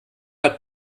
hat